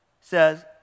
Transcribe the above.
says